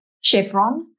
Chevron